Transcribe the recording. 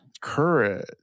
Courage